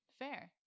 fair